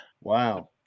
Wow